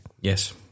Yes